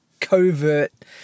covert